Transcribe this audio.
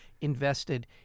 invested